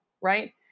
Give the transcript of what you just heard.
Right